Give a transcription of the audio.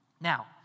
Now